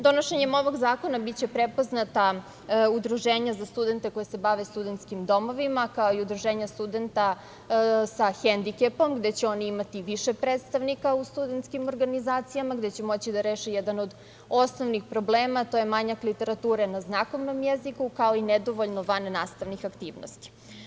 Donošenjem ovog zakona biće prepoznata udruženja za studente koji se bave studentskim domovima, kao i udruženja studenata sa hendikepom, gde će oni imati više predstavnika u studentskim organizacijama, gde će moći da reše jedan od osnovnih problema, a to je manjak literature na znakovnom jeziku, kao i nedovoljno vannastavnih aktivnosti.